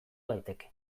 daiteke